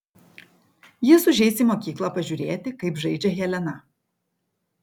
jis užeis į mokyklą pažiūrėti kaip žaidžia helena